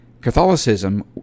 catholicism